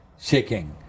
shaking